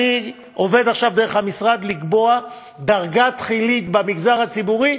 אני עובד עכשיו דרך המשרד לקבוע דרגה תחילית במגזר הציבורי,